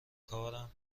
کارم